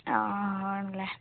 ആ ആണല്ലേ